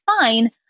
fine